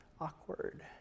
Awkward